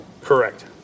Correct